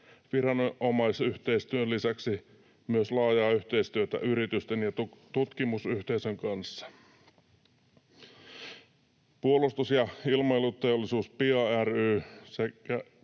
viranomaisyhteistyön lisäksi myös laajaa yhteistyötä yritysten ja tutkimusyhteisön kanssa. Puolustus- ja Ilmailuteollisuus PIA ry